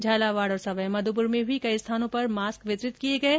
झालावाड और सवाईमाधोपुर में भी कई स्थानों पर मास्क वितरित किये गये